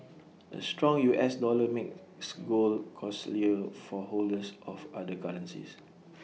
A strong U S dollar makes gold costlier for holders of other currencies